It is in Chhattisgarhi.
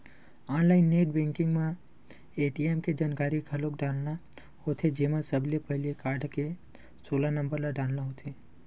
ऑनलाईन नेट बेंकिंग म ए.टी.एम के जानकारी घलोक डालना होथे जेमा सबले पहिली कारड के सोलह नंबर ल डालना होथे